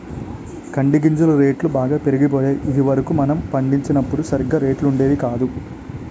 కంది గింజల రేట్లు బాగా పెరిగిపోయాయి ఇది వరకు మనం పండించినప్పుడు సరిగా రేట్లు ఉండేవి కాదు